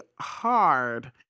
hard